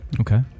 Okay